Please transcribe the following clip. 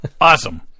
Awesome